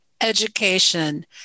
education